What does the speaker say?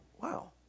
wow